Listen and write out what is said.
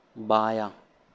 بایاں